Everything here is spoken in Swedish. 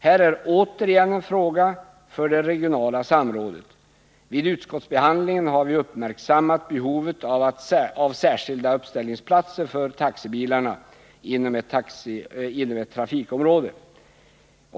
Här är återigen en fråga för det regionala samrådet. Vid utskottsbehandlingen har vi uppmärksammat behovet av särskilda uppställningsplatser för taxibilarna inom ett trafikområde.